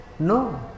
No